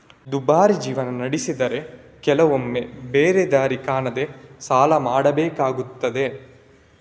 ದುಬಾರಿ ಜೀವನ ನಡೆಸಿದ್ರೆ ಕೆಲವೊಮ್ಮೆ ಬೇರೆ ದಾರಿ ಕಾಣದೇ ಸಾಲ ಮಾಡ್ಬೇಕಾಗ್ತದೆ